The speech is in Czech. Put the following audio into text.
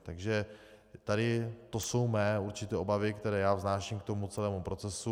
Takže tady to jsou mé určité obavy, které já vznáším k tomu celému procesu.